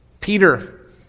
Peter